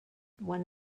one